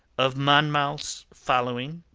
of monmouth's following?